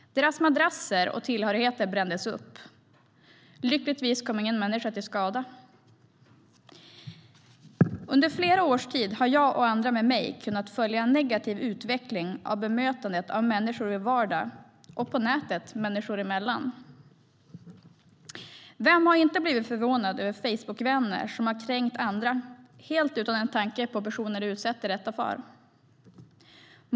Deras madrasser och tillhörigheter brändes upp, men lyckligtvis kom ingen människa till skada. Under flera års tid har jag och andra med mig kunnat följa en negativ utveckling av bemötandet av människor i vår vardag och på nätet människor emellan. Vem har inte blivit förvånad över Facebookvänner som har kränkt andra helt utan en tanke på personerna de utsätter detta för?